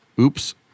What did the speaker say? Oops